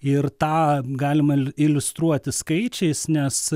ir tą galima iliustruoti skaičiais nes